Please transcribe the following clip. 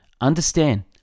Understand